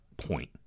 point